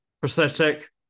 prosthetic